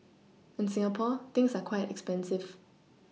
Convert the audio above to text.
in Singapore things are quite expensive